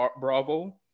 Bravo